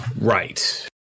Right